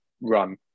run